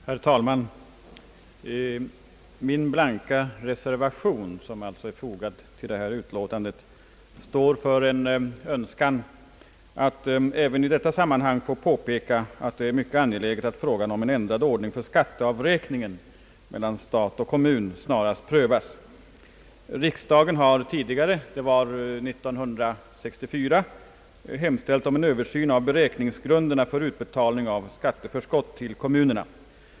Herr talman! Min blanka reservation vid detta utlåtande står för en önskan att även i detta sammanhang få framhålla att det är mycket angeläget att frågan om ändrad ordning för skatteavräkning mellan stat och kommun snarast prövas. Riksdagen har tidigare — det var år 1964 — hemställt om en översyn av beräkningsgrunderna för utbetalning av skatteförskott till kommunerna.